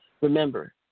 Remember